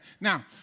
now